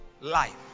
Life